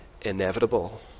inevitable